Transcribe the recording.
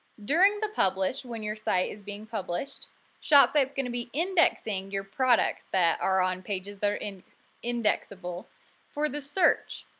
during the publish, when your site is being published shopsite's going to be indexing your product's that are on pages that are indexable for this search.